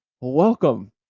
Welcome